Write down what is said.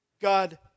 God